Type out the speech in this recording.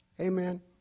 Amen